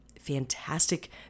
fantastic